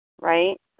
right